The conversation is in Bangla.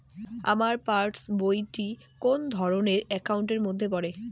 আমার পাশ বই টি কোন ধরণের একাউন্ট এর মধ্যে পড়ে?